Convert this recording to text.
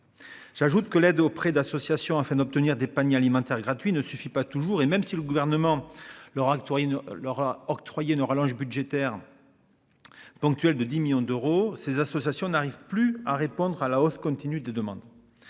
J'ajoute que l'aide auprès d'associations afin d'obtenir des paniers alimentaires gratuit ne suffit pas toujours. Et même si le gouvernement le RAC Torino leur a octroyé une rallonge budgétaire. Ponctuel de 10 millions d'euros ces associations n'arrive plus à répondre à la hausse continue de demandes.